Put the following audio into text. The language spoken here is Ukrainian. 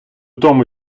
тому